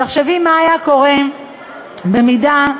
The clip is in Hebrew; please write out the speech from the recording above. תחשבי מה היה קורה במידה שהידע,